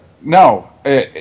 No